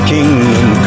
Kingdom